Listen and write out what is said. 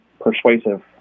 persuasive